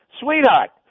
sweetheart